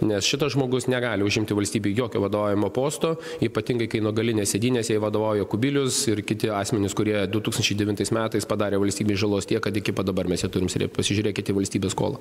nes šitas žmogus negali užimti valstybėj jokio vadovavimo posto ypatingai kai nuo galinės sėdynės jai vadovauja kubilius ir kiti asmenys kurie du tūkstančiai devintais metais padarė valstybei žalos tiek kad iki pat dabar mes ją turim srėbt pasižiūrėkit į valstybės skolą